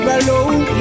alone